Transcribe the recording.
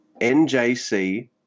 NJC